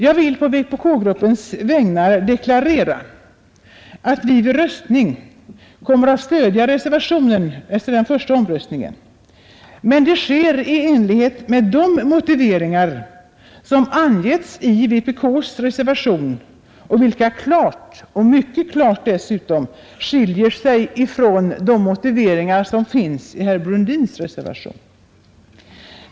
Jag vill på vpk-gruppens vägnar deklarera att vi vid röstning kommer att stödja reservationen vid den första omröstningen, men det sker i enlighet med de motiveringar som angivits i vpk:s reservation och vilka mycket klart skiljer sig från de motiveringar som finns i herr Brundins reservation.